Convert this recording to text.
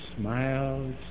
smiles